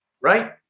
Right